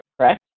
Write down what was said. correct